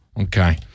Okay